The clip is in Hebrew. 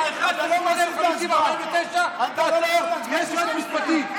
אתה הכרזת קודם, 49, יש יועצת משפטית.